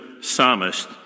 psalmist